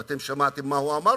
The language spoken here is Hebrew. ואתם שמעתם מה הוא אמר.